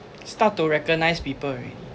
start to recognise people already